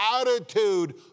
attitude